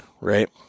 right